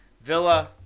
Villa